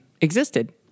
existed